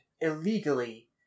illegally